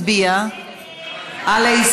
של חברי הכנסת איימן עודה,